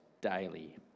daily